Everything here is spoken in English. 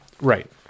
Right